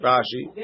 Rashi